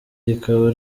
rikaba